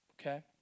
Okay